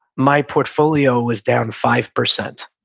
my portfolio was down five percent.